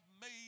made